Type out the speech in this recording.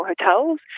hotels